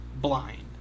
blind